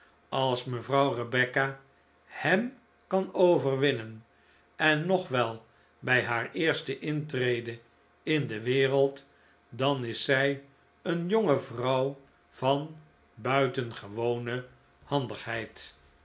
als mejuffrouw rebecca hem kan overwinnen en nog wel bij haar eerste intrede in de wereld dan is zij een jonge vrouw van buitengewone handigheid